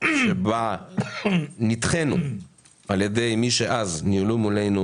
בה נדחינו על ידי מי שאז ניהלו מולנו